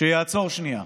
שיעצור שנייה,